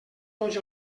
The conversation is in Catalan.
tots